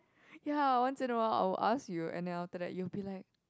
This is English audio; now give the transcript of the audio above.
ya once in a while I'll ask you and then after that you'll be like